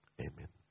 amen